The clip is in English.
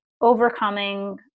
overcoming